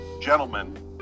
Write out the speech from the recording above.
gentlemen